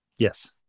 Yes